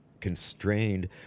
constrained